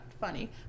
funny